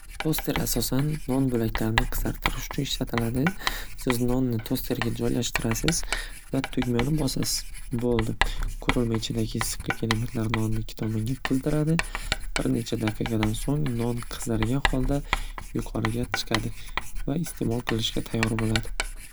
Toster asosan non bo'laklarini qizartirish uchun ishlatiladi. Siz nonni tosterga joylashtirasiz va tugmani bosasiz bo'ldi. Qurilma ichidagi issiqlik elementlari nonni ikki tomonga qizdiradi. Bir necha daqiqadan so'ng non qizargan holda yuqoriga chiqadi va iste'mol qilishga tayyor bo'ladi.